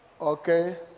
Okay